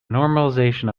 normalization